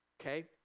Okay